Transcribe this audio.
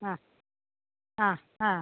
ആ ആ ആ